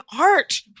art